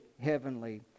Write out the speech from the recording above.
heavenly